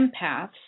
empaths